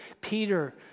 Peter